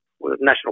national